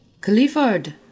clifford